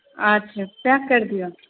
अच्छे सएह करि दिअऽ